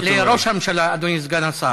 הרי הצענו לך, לראש הממשלה, אדוני סגן השר,